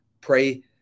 pray